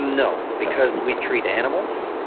no. because we treat animals.